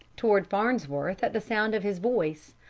toward farnsworth at the sound of his voice,